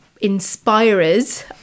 inspirers